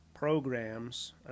programs